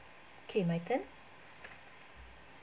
K my turn